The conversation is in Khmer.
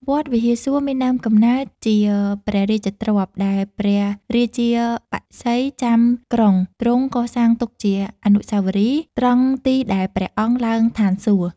វត្តវិហារសួរ មានដើមកំណើតជាព្រះរាជទ្រព្យ ដែលព្រះរាជាបក្សីចាំក្រុងទ្រង់កសាងទុកជាអនុស្សាវរីយ៍ ត្រង់ទីដែលព្រះអង្គឡើងឋានសួគ៌‌។